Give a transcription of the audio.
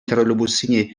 троллейбуссене